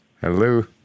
hello